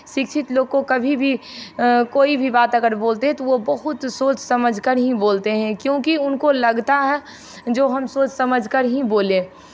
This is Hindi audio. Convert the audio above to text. शिक्षित लोग को कभी भी कोई भी बात अगर बोलते हैं तो वो बहुत सोच समझ कर ही बोलते हैं क्योंकि उनको लगता है जो हम सोच कर ही बोलें